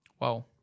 Wow